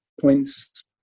points